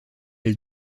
elle